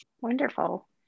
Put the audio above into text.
Wonderful